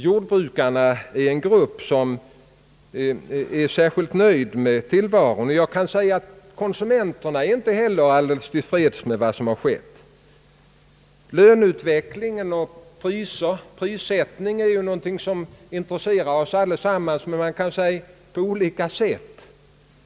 Jordbrukarna är en grupp som ingalunda är särskilt nöjd med tillvaron. Jag kan tillägga att konsumenterna inte heller är helt till freds med vad som skett. Löneutveckling och prissättning intresserar oss allesammans, men på olika sätt.